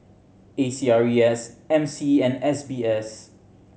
A C R E S M C and S B S